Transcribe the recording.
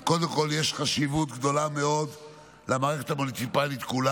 קודם כול יש חשיבות גדולה מאוד למערכת המוניציפלית כולה,